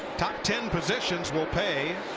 top ten positions will pay